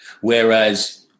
Whereas